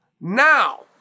Now